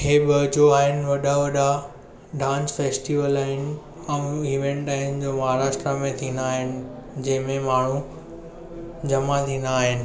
ही ॿ जो आहिनि वॾा वॾा डांस फेस्टिवल आहिनि ऐं ईवेंट अहिनि जो महाराष्ट्र में थींदा आहिनि जंहिं में माण्हू जमा थींदा आहिनि